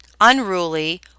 unruly